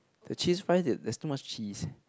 the cheese fries that there's too much cheese